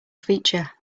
feature